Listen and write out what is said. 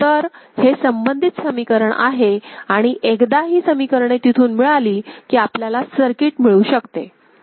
तर हे संबंधित समीकरण आहे आणि एकदा ही समीकरणे तिथून मिळाली की आपल्याला सर्किट मिळू शकते